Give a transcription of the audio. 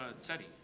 Teddy